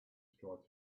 tried